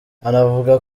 anavuga